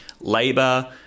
labor